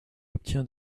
obtient